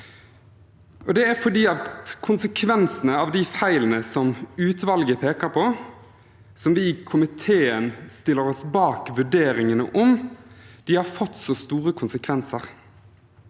Det er fordi de feilene som utvalget peker på, som vi i komiteen stiller oss bak vurderingen om, har fått så store konsekvenser.